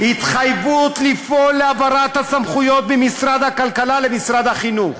התחייבות לפעול להעברת הסמכויות ממשרד הכלכלה למשרד החינוך.